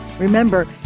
Remember